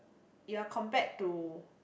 you're compared to